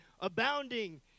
abounding